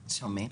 שומעים?